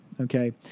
Okay